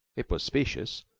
it was specious,